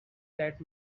that